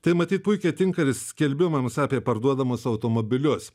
tai matyt puikiai tinka ir skelbimams apie parduodamus automobilius